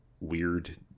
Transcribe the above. weird